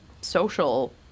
social